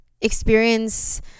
experience